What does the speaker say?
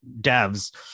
devs